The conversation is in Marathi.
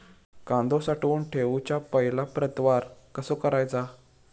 कांदो साठवून ठेवुच्या पहिला प्रतवार कसो करायचा?